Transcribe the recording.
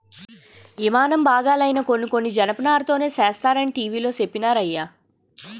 యిమానం బాగాలైనా కొన్ని కొన్ని జనపనారతోనే సేస్తరనీ టీ.వి లో చెప్పినారయ్య